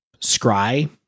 Scry